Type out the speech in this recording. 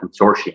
consortium